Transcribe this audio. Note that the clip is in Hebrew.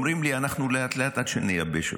אנחנו, לאט לאט, עד שנייבש אותו.